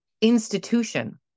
institution